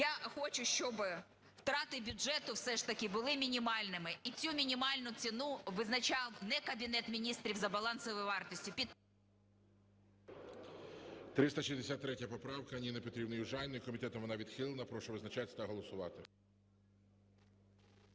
Я хочу, щоби втрати бюджету все ж таки були мінімальними і цю мінімальну ціну визначав не Кабінет Міністрів, за балансової вартості… ГОЛОВУЮЧИЙ. 363 поправка Ніни Петрівни Южаніної, комітетом вона відхилена. Прошу визначатись та голосувати.